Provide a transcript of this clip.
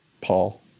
Paul